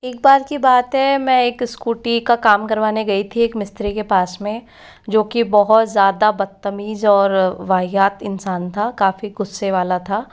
एक बार की बात है मैं एक स्कूटी का काम करवाने गई थी एक मिस्त्री के पास में जो की बहुत ज़्यादा बदतमीज़ और वाहियात इंसान था काफी गुस्से वाला था